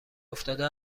افتاده